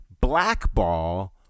blackball